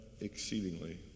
exceedingly